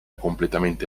completamente